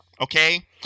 Okay